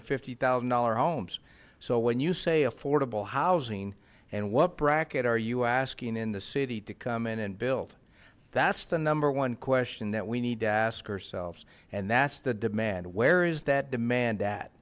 and fifty thousand dollar homes so when you say affordable housing and what bracket are you asking in the city to come in and build that's the number one question that we need to ask ourselves and that's the demand where is that demand